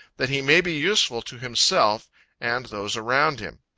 that he may be useful to himself and those around him.